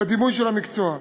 בדימוי של המקצוע.